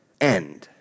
end